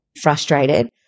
frustrated